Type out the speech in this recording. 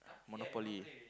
monopoly